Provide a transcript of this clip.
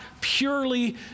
purely